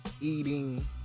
eating